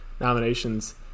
nominations